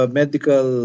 medical